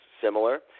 similar